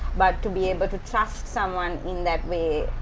but to be able to trust someone in that way.